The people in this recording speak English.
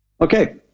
Okay